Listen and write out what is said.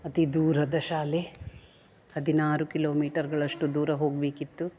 ಅತಿ ದೂರದ ಶಾಲೆ ಹದಿನಾರು ಕಿಲೋಮೀಟರ್ಗಳಷ್ಟು ದೂರ ಹೋಗಬೇಕಿತ್ತು